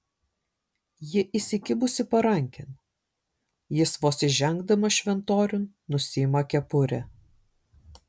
ji įsikibusi parankėn jis vos įžengdamas šventoriun nusiima kepurę